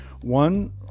One